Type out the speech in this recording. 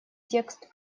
текст